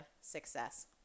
success